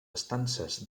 estances